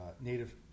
native